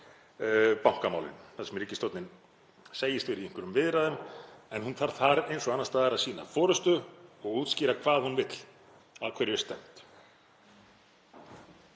bankamálin, þar sem ríkisstjórnin segist vera í einhverjum viðræðum en hún þarf þar eins og annars staðar að sýna forystu og útskýra hvað hún vill, að hverju er